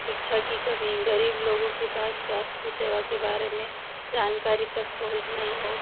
शिक्षा की कमी गरीब लोगों के पास स्वास्थ्य सेवा के बारे में जानकारी तक पहुँच नहीं हो